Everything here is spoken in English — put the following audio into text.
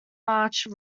march